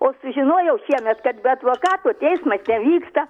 o sužinojau šiemet kad be advokatų teismas nevyksta